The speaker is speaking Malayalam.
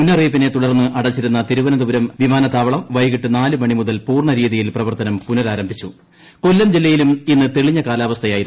മുന്നറിയിപ്പിനെ തുടർന്ന് അടച്ചിരുന്ന തിരുവനന്തപുരം വിമാനത്താവളം വൈകിട്ട് നാല് മണി മുതൽ പൂർണ രീതിയിൽ പ്രവർത്തനം പുനരാരംഭിച്ചു കാലാവസ്ഥ കൊല്ലം കൊല്ലം ജില്ലയിലും ഇന്ന് തെളിഞ്ഞ കാലാവസ്ഥയായിരുന്നു